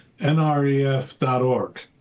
nref.org